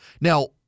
Now